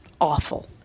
awful